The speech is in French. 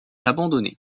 abandonnée